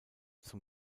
zum